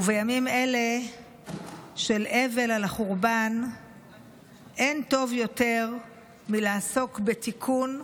ובימים אלה של אבל על החורבן אין טוב יותר מלעסוק בתיקון ובבניין.